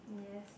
yes